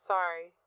Sorry